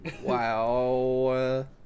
Wow